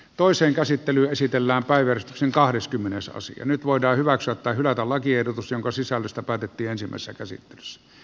toisen käsittely esitellään päivystyksen kahdeskymmenes osa nyt voidaan hyväksyä tai hylätä lakiehdotus jonka sisällöstä päätettiin ensimmäisessä käsittelyssä